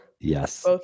Yes